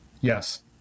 yes